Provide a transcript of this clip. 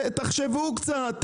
תחשבו קצת רחב.